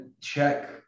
check